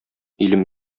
илем